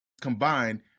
combined